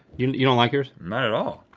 you know you don't like yours? not at all.